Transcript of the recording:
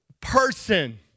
person